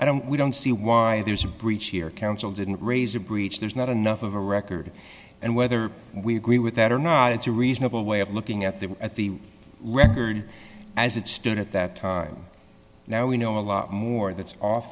i don't we don't see why there's a breach here counsel didn't raise a breach there's not enough of a record and whether we agree with that or not it's a reasonable way of looking at the at the record as it stood at that time now we know a lot more that's off